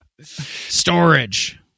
Storage